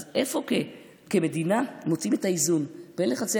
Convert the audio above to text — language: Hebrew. אז איפה כמדינה מוצאים את האיזון בין לחצי